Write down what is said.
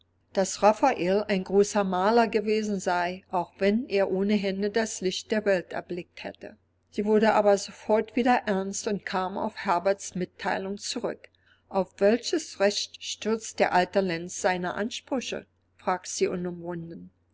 daß raphael ein großer maler gewesen sei auch wenn er ohne hände das licht der welt erblickt hätte sie wurde aber sofort wieder ernst und kam auf herberts mitteilung zurück auf welches recht stützt der alte lenz seine ansprüche